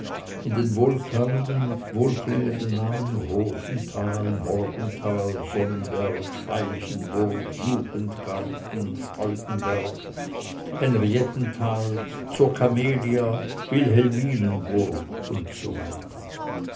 in den wohlklingenden namen rosental morgental sonnenberg veilchenburg jugendgarten freudenberg henriettental zur camelia wilhelminenburg usw